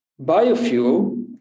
biofuel